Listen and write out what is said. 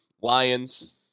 Lions